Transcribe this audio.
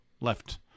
left